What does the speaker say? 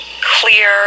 clear